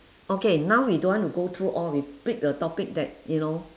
okay now we don't want to go through all we pick a topic that you know